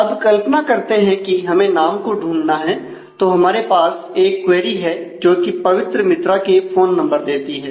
अब कल्पना करते हैं कि हमें नाम को ढूंढना है तो हमारे पास एक क्वेरी है जो कि पवित्र मित्रा के फोन नंबर देती है